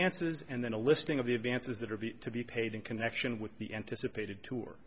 advances and then a listing of the advances that have to be paid in connection with the anticipated tour